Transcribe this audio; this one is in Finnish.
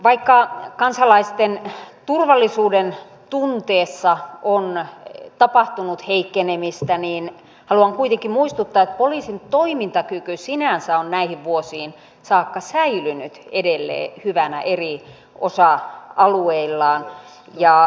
vaikka kansalaisten turvallisuudentunteessa on tapahtunut heikkenemistä haluan kuitenkin muistuttaa että poliisin toimintakyky sinänsä on näihin vuosiin saakka säilynyt edelleen hyvänä sen eri osa alueilla